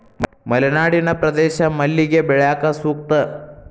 ಮಲೆನಾಡಿನ ಪ್ರದೇಶ ಮಲ್ಲಿಗೆ ಬೆಳ್ಯಾಕ ಸೂಕ್ತ